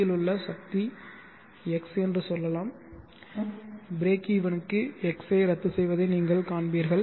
யில் உள்ள சக்தி x என்று சொல்லலாம் ப்ரீக்வெனுக்கு x ஐ ரத்துசெய்வதை நீங்கள் காண்பீர்கள்